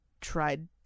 tried